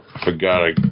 Forgot